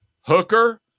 Hooker